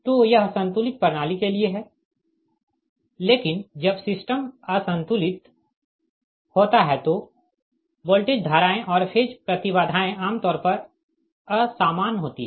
तो यह संतुलित प्रणाली के लिए है लेकिन जब सिस्टम असंतुलित होता है तो वोल्टेज धाराएँ और फेज प्रतिबाधाएँ आमतौर पर असामान होती है